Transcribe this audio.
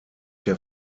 der